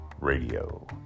Radio